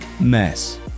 mess